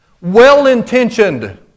Well-intentioned